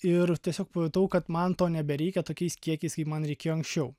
ir tiesiog pajutau kad man to nebereikia tokiais kiekiais kaip man reikėjo anksčiau